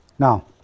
Now